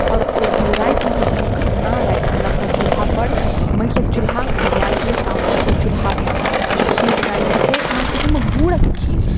आओर ओ फेर रातिमे होइ छै अहाँके खरना रातिमे नवका चुल्हापर माटिके चुल्हा बनाएल गेल आओर ओहि चुल्हापर अहाँके खीर बनाएल जाइ छै ओहोमे गुड़के खीर